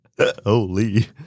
Holy